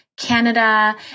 Canada